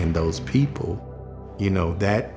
in those people you know that